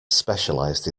specialised